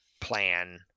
plan